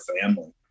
family